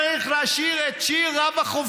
עכשיו אני צריך לשיר את שיר רב-החובל,